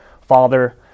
father